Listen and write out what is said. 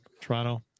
Toronto